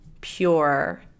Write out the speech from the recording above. pure